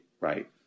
Right